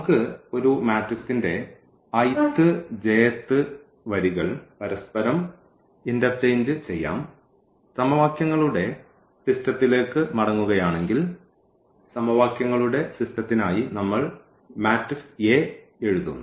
നമുക്ക് ഒരു മാട്രിക്സിന്റെ i th j th വരികൾ പരസ്പരം ഇന്റർചേഞ്ച് ചെയ്യാം സമവാക്യങ്ങളുടെ സിസ്റ്റത്തിലേക്ക് മടങ്ങുകയാണെങ്കിൽ സമവാക്യങ്ങളുടെ സിസ്റ്റത്തിനായി നമ്മൾ മാട്രിക്സ് A എഴുതുന്നു